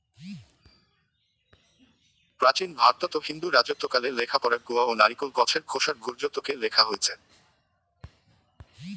প্রাচীন ভারতত হিন্দু রাজত্বকালে লেখাপড়া গুয়া ও নারিকোল গছের খোসার ভূর্জত্বকে লেখা হইচে